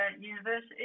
university